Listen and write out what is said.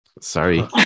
Sorry